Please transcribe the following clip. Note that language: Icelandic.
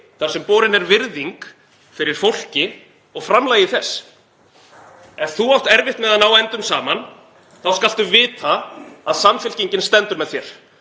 þar sem borin er virðing fyrir fólki og framlagi þess. Ef þú átt erfitt með að ná endum saman þá skaltu vita að Samfylkingin stendur með þér.